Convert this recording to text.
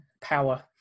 power